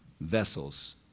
vessels